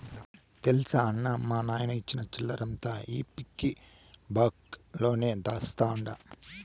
తెల్సా అన్నా, మా నాయన ఇచ్చిన సిల్లరంతా ఈ పిగ్గి బాంక్ లోనే దాస్తండ